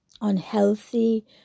unhealthy